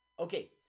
Okay